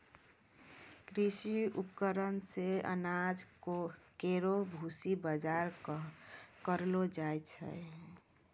कृषि उपकरण से अनाज केरो भूसी बाहर करलो जाय छै